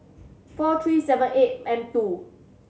four three seven eight M two